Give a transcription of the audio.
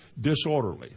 disorderly